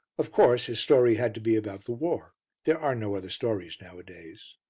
of course his story had to be about the war there are no other stories nowadays.